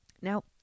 Now